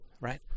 right